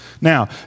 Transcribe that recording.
Now